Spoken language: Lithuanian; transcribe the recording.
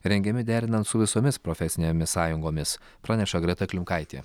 rengiami derinant su visomis profesinėmis sąjungomis praneša greta klimkaitė